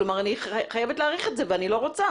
כלומר אני חייבת להאריך את זה ואני לא רוצה.